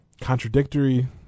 contradictory